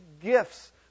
gifts